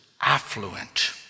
affluent